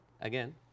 again